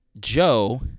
Joe